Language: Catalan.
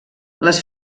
les